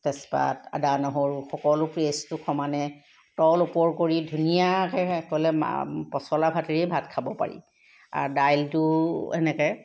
তেজপাত আদা নহৰু সকলো পেষ্টটো সমানে তল ওপৰ কৰি ধুনীয়াকৈ অকলে পচলা ভাতেৰেই ভাত খাব পাৰি আৰু দাইলটো এনেকৈ